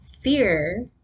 fear